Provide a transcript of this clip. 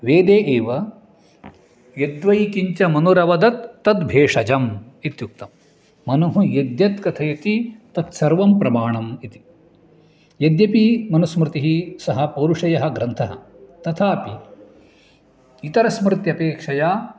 वेदे एव यद्वैकिञ्च मनुरवदत् तद्भेषजम् इत्युक्तं मनुः यद्यद् कथयति तत्सर्वं प्रमाणम् इति यद्यपि मनुस्मृतिः सः पौरुषेयः ग्रन्थः तथापि इतरस्मृत्यपेक्षया